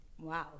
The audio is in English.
wow